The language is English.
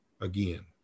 again